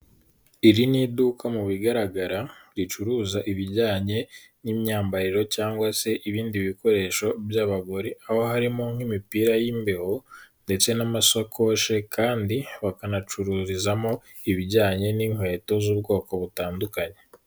Iri ni iduka mu bigaragara ricuruza ibijyanye n'imyambarire cyangwa se ibindi bikoresho by'abagore, aho harimo nk'imipira y'imbeho ndetse n'amasakoshi kandi bakanacururizamo ibijyanye n'inkweto z'ubwoko butandukanye.